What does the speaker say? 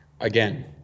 again